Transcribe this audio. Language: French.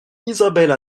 isabelle